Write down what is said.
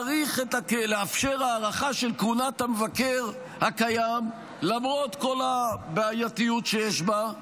לאפשר הארכה של כהונת המבקר הקיים למרות כל הבעייתיות שיש בה,